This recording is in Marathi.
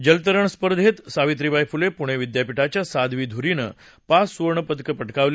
जलतरण स्पर्धेत सावित्रीबाई फुले पूणे विद्यापीठाच्या साध्वी ध्रीनं पाच सुवर्णपदकं पटकावली